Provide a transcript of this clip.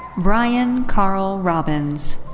brian carl robins.